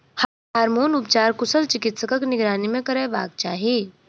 hormone उपचार कुशल चिकित्सकक निगरानी मे करयबाक चाही